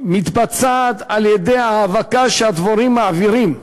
מתבצעת על-ידי ההאבקה שהדבורים מעבירות,